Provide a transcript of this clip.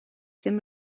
ddim